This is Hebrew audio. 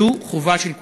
זו חובה של כולנו.